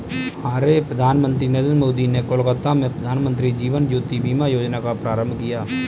हमारे प्रधानमंत्री नरेंद्र मोदी ने कोलकाता में प्रधानमंत्री जीवन ज्योति बीमा योजना का प्रारंभ किया